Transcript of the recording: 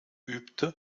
übte